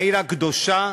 העיר הקדושה,